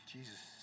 Jesus